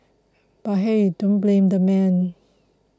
but hey don't blame the man